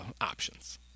options